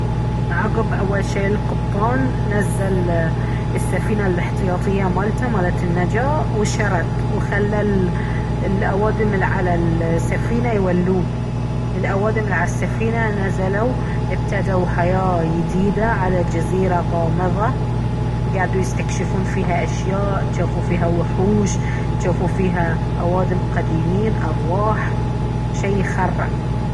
عقب أول شيء القبطان نزل السفينة الاحتياطية مالته مالة النجاة وشرد وخلى الأوادم الي على السفينة يولون الأوادم الي على السفينة نزلوا ابتدوا حياة يديدة على جزيرة غامضة قعدوا يستكشفون فيها أشياء شافوا فيها وحوش شافوا فيها أوادم قديمين أرواح شي يخرع